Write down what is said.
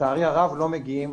לצערי הרב לא מגיעים